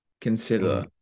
Consider